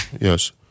Yes